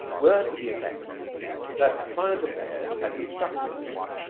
were to the effect that a client of theirs had instructed them